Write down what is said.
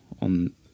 on